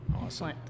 Awesome